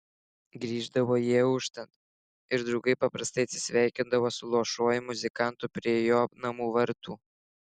grįždavo jie auštant ir draugai paprastai atsisveikindavo su luošuoju muzikantu prie jo namų vartų